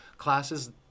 classes